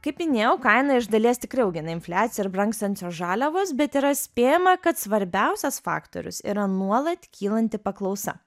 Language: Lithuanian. kaip minėjau kainą iš dalies tikrai augina infliacija ir brangstančios žaliavos bet yra spėjama kad svarbiausias faktorius yra nuolat kylanti paklausa